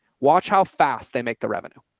watch how fast they make the revenue,